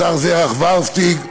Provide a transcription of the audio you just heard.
השר זרח ורהפטיג,